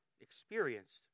experienced